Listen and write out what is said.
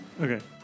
Okay